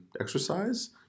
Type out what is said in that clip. exercise